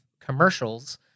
commercials